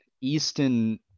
Easton